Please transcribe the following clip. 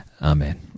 Amen